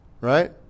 right